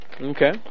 Okay